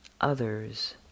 others